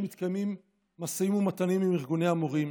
כשמתקיימים משאים ומתנים עם ארגוני המורים,